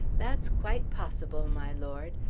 that's quite possible, my lord.